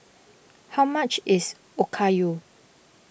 how much is Okayu